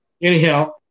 Anyhow